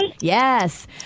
Yes